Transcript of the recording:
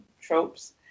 tropes